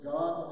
God